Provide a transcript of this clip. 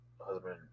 husband